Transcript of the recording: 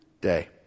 day